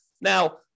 Now